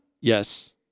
Yes